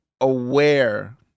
aware